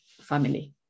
family